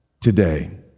today